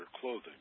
clothing